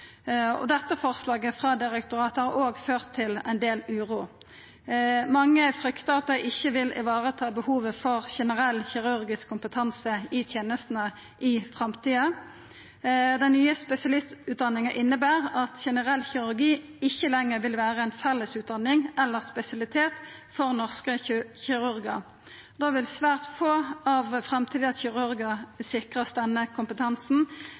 legar. Dette forslaget frå direktoratet har òg ført til ein del uro. Mange fryktar at det ikkje vil vareta behovet for generell kirurgisk kompetanse i tenestene i framtida. Den nye spesialistutdanninga inneber at generell kirurgi ikkje lenger vil vera ei fellesutdanning eller spesialitet for norske kirurgar. Da vil svært få av framtidas kirurgar sikrast denne kompetansen,